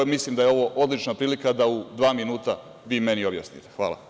Mislim da je ovo odlična prilika da u dva minuta vi meni objasnite.